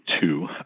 two